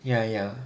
ya ya